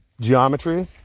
geometry